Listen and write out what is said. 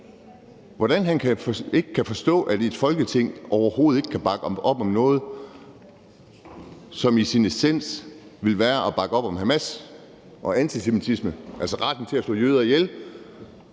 vagter og plaketten for Dan Uzan, overhovedet ikke kan bakke op om noget, som i sin essens vil være at bakke op om Hamas og antisemitismen, altså retten til at slå jøder ihjel?